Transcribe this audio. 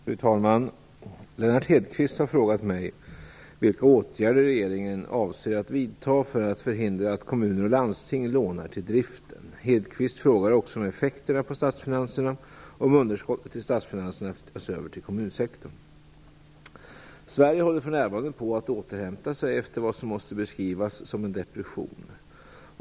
Fru talman! Lennart Hedquist har frågat mig vilka åtgärder regeringen avser att vidta för att förhindra att kommuner och landsting lånar till driften. Hedquist frågar också om effekterna på statsfinanserna om underskottet i statsfinanserna flyttas över till kommunsektorn. Sverige håller för närvarande på att återhämta sig efter vad som måste beskrivas som en depression.